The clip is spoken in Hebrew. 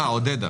עודדה,